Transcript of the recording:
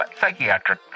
Psychiatric